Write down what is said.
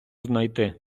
найти